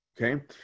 okay